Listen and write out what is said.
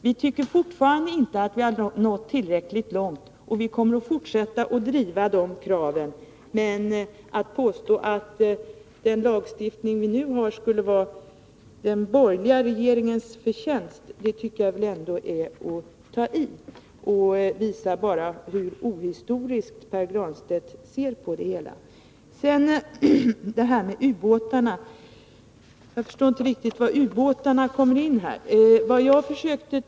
Vi tycker fortfarande inte att vi har nått tillräckligt långt, och vi kommer att fortsätta att driva de kraven, men att påstå att den lagstiftning vi nu har skulle vara den borgerliga regeringens förtjänst tycker jag ändå är att ta i. Det visar bara hur ohistoriskt Pär Granstedt ser på det. Så till ubåtarna! Jag förstår inte riktigt var ubåtarna kommer in i bilden.